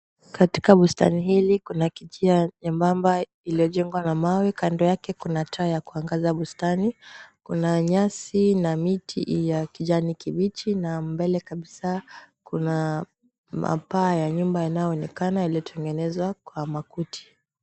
Katika bustani hili kuna kijia nyembamba iliyojengwa na mawe. Kando yake kuna taa ya kuangaza bustani. Kuna nyasi na miti ya kijani kibichi, na mbele kabisa kuna mapaa ya nyumba yanayoonekana iliyotengenezwa kwa makuti.